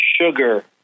sugar